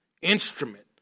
instrument